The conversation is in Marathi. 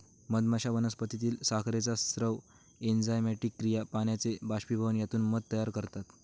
मधमाश्या वनस्पतीतील साखरेचा स्राव, एन्झाइमॅटिक क्रिया, पाण्याचे बाष्पीभवन यातून मध तयार करतात